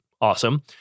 awesome